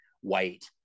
white